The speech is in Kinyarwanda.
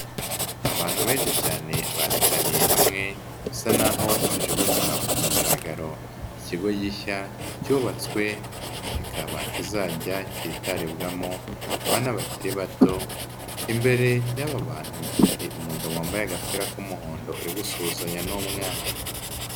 Abantu benshi cyane bateraniye hamwe bisa naho baje gutaha ku mugaragaro ikigo gishya cyubatswe kikaba kizajya kitaribwamo abana bakiri bato, imbere y'aba bantu hari umugabo wambaye agapira k'umuhondo uri gusuhuzanya n'umwana.